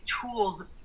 tools